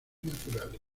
naturales